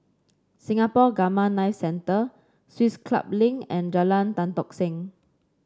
Singapore Gamma Knife Centre Swiss Club Link and Jalan Tan Tock Seng